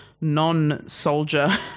non-soldier